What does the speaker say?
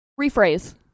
Rephrase